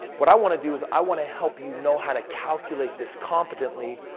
what i want to do is i want to help you know how to calculate this competently.